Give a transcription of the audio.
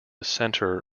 center